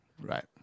Right